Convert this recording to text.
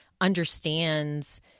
understands